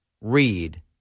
read